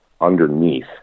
underneath